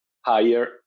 higher